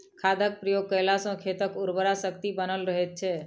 खादक प्रयोग कयला सॅ खेतक उर्वरा शक्ति बनल रहैत छै